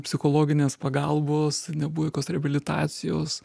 psichologinės pagalbos nebuvo tokios reabilitacijos